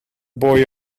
boy